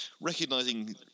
recognising